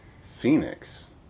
Phoenix